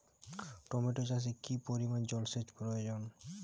Tomato চাষে কি পরিমান সেচের প্রয়োজন?